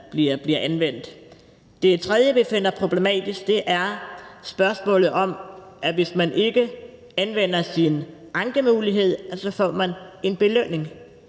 Det tredje, vi finder problematisk, er spørgsmålet om, at hvis man ikke anvender sin ankemulighed, så får man en belønning;